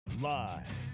Live